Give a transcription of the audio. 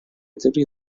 teorie